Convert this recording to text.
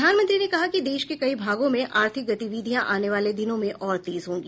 प्रधानमंत्री ने कहा कि देश के कई भागों में आर्थिक गतिविधियां आने वाले दिनों में और तेज होगी